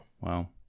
Wow